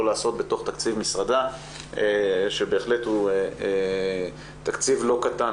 לעשות בתוך תקציב משרדה שבהחלט הוא תקציב לא קטן,